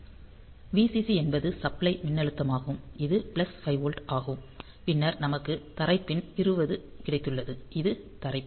Vcc என்பது supply மின்னழுத்தமாகும் இது பிளஸ் 5 வோல்ட் ஆகும் பின்னர் நமக்கு தரை பின் 20 கிடைத்துள்ளது இது தரை பின்